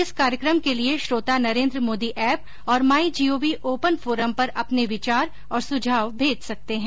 इस कार्यक्रम के लिए श्रोता नरेन्द्र मोदी ऐप और माई जीओवी ओपन फोरम पर अपने विचार और सुझाव भेज सकते हैं